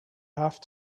have